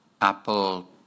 Apple